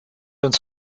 uns